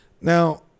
Now